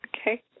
Okay